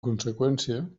conseqüència